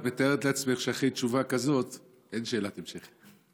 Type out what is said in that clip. את מתארת לעצמך שאחרי תשובה כזו אין שאלת המשך.